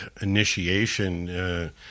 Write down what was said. initiation